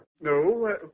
No